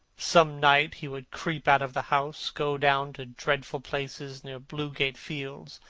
some night he would creep out of the house, go down to dreadful places near blue gate fields,